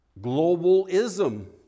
globalism